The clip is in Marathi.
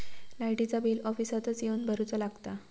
लाईटाचा बिल ऑफिसातच येवन भरुचा लागता?